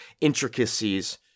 intricacies